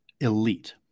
elite